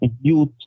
youth